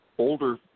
older